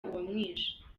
uwamwishe